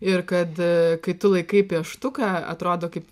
ir kad kai tu laikai pieštuką atrodo kaip